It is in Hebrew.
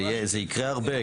זה יקרה הרבה,